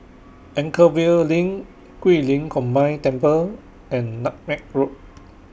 Anchorvale LINK Guilin Combined Temple and Nutmeg Road